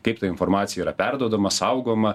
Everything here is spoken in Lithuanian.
kaip ta informacija yra perduodama saugoma